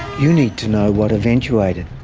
you need to know what eventuated.